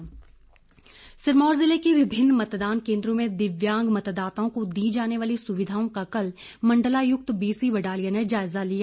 निरीक्षण सिरमौर जिले के विभिन्न मतदान केंद्रों में दिव्यांग मतदाताओं को दी जाने वाली सुविधाओं का कल मण्डलायुक्त बीसीबडालिया ने जायजा लिया